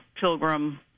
Pilgrim